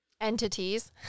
Entities